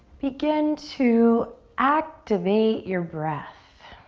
begin to activate your breath.